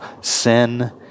sin